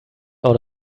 out